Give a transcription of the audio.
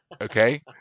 Okay